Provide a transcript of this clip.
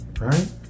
right